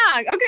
okay